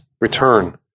return